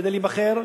כדי להיבחר,